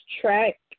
track